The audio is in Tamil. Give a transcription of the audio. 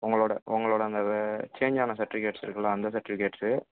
உங்களோட உங்களோட அந்த வே சேஞ்சான சர்ட்டிபிகேட்ஸ் இருக்குல அந்த சர்ட்டிபிகேட்ஸ்ஸு